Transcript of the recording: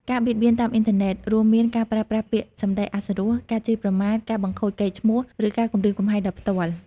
ការបៀតបៀនតាមអ៊ីនធឺណិត រួមមានការប្រើប្រាស់ពាក្យសម្ដីអសុរោះ ការជេរប្រមាថ ការបង្ខូចកេរ្តិ៍ឈ្មោះ ឬការគំរាមកំហែងដោយផ្ទាល់។